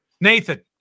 Nathan